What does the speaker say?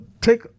take